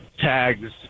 tags